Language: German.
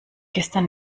gestern